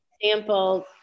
example